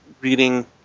reading